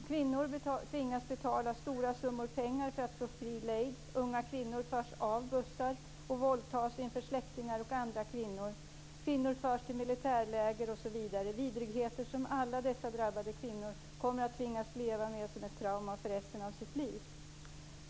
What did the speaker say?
Kvinnor tvingas betala stora summor pengar för att få fri lejd. Unga kvinnor förs av bussar och våldtas inför släktingar och andra kvinnor. Kvinnor förs till militärläger osv. - vidrigheter som alla dessa drabbade kvinnor kommer att tvingas leva med som ett trauma för resten av livet.